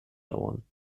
dauern